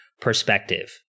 perspective